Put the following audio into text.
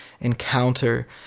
encounter